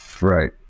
Right